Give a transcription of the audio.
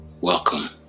Welcome